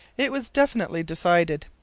it was definitely decided.